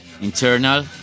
Internal